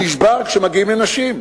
נשבר כשמגיעים לנשים.